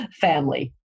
family